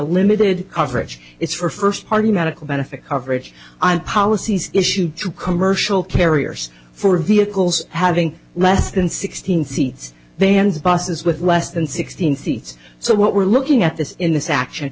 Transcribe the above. limited coverage is for first party medical benefit coverage on policies issued to commercial carriers for vehicles having less than sixteen seats they hands buses with less than sixteen seats so what we're looking at this in this action